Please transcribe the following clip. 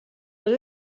but